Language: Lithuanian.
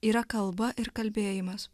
yra kalba ir kalbėjimas